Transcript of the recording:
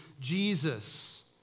Jesus